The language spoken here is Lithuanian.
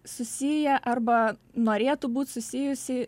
susiję arba norėtų būt susijusi